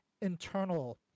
internal